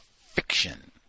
fiction